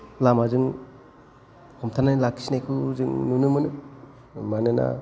लामाजों हमथानानै लाखिनायखौ जों नुनो मोनो मानोना